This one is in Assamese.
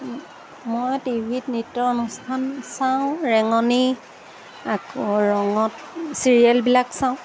মই টি ভিত নৃত্য অনুষ্ঠান চাওঁ ৰেঙনি আকৌ ৰঙত চিৰিয়েলবিলাক চাওঁ